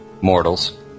mortals